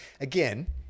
Again